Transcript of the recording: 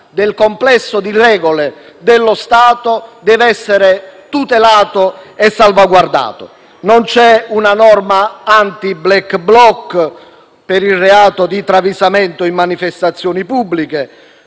del complesso di regole dello Stato, deve essere tutelato e salvaguardato. Non c'è una norma anti-*blackbloc* per il reato di travisamento in manifestazioni pubbliche.